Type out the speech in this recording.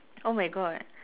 oh my god